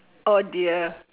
oh dear